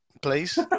please